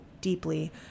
deeply